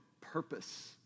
purpose